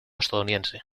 estadounidense